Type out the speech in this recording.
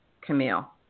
Camille